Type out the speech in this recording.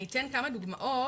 אני אתן כמה דוגמאות